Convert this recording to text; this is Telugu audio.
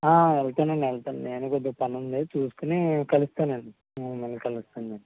వెళ్తానండి వెళ్తాను నేను కొద్దిగ పనుంది చూసుకుని కలుస్తానండి మళ్ళీ కలుస్తాను నేను